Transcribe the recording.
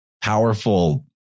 powerful